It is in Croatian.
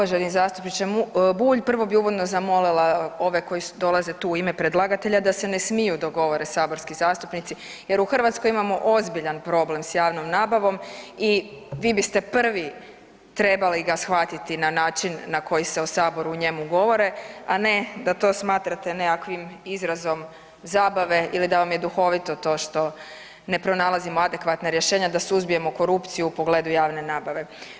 Uvaženi zastupniče Bulj, prvo bi uvodno zamolila ove koji dolaze tu u ime predlagatelja da se ne smiju dok govore saborski zastupnici jer u Hrvatskoj imamo ozbiljan problem s javnom nabavom i vi biste prvi trebali ga shvatiti na način na koji se o saboru o njemu govori, a ne da to smatrate nekakvim izrazom zabave ili da vam je duhovito to što ne pronalazimo adekvatna rješenja da suzbijemo korupciju u pogledu javne nabave.